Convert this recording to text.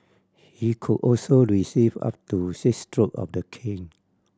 he could also receive up to six stroke of the cane